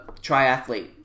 triathlete